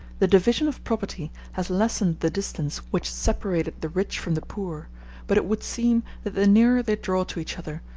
the division of property has lessened the distance which separated the rich from the poor but it would seem that the nearer they draw to each other,